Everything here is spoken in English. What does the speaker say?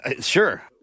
sure